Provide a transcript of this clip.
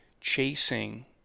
chasing